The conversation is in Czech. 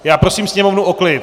Já prosím sněmovnu o klid!